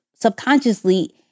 subconsciously